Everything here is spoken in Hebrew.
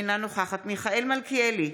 אינה נוכחת מיכאל מלכיאלי,